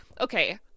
okay